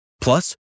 Plus